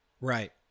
Right